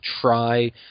try